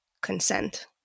consent